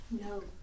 No